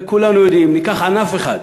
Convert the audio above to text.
כולנו יודעים, ניקח ענף אחד,